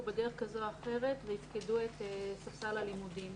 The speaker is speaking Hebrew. בדרך כזו או אחרת ויפקדו את ספסל הלימודים,